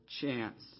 chance